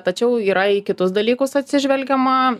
tačiau yra į kitus dalykus atsižvelgiama